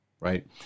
Right